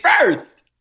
first